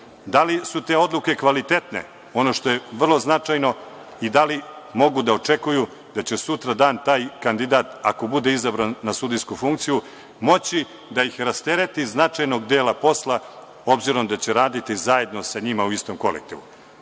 Da li su te odluke kvalitetne, ono što je vrlo značajno i da li mogu da očekuju da će sutradan taj kandidat ako bude izabran na sudijsku funkciju moći da ih rastereti značajnog dela posla obzirom da će raditi zajedno sa njima u istom kolektivu.